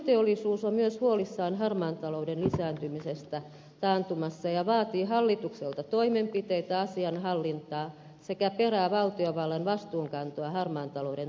rakennusteollisuus on myös huolissaan harmaan talouden lisääntymisestä taantumassa ja vaatii hallitukselta toimenpiteitä asian hallintaa sekä perää valtiovallan vastuunkantoa harmaan talouden torjunnassa